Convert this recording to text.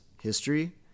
history